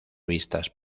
vistas